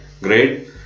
great